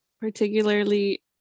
particularly